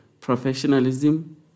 professionalism